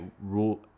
rule